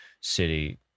city